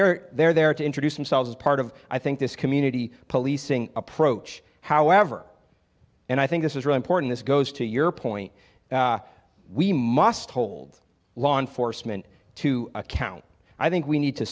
they're they're there to introduce themselves as part of i think this community policing approach however and i think this is really important this goes to your point we must hold law enforcement to account i think we need to